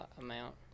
amount